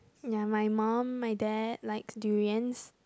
ya my mum my dad like durians